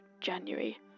January